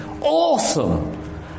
Awesome